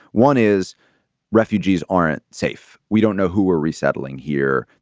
one is refugees aren't safe. we don't know who we're resettling here.